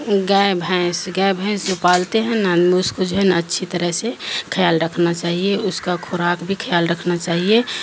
گائے بھینس گائے بھینس جوپالتے ہیں نا اس کو جو ہے نا اچھی طرح سے خیال رکھنا چاہیے اس کا کوراک بھی خیال رکھنا چاہیے